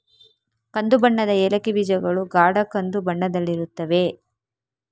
ಕಂದು ಬಣ್ಣದ ಏಲಕ್ಕಿ ಬೀಜಗಳು ಗಾಢ ಕಂದು ಬಣ್ಣದಲ್ಲಿರುತ್ತವೆ